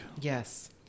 Yes